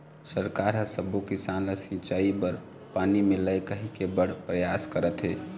सरकार ह सब्बो किसान ल सिंचई बर पानी मिलय कहिके बड़ परयास करत हे